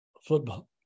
football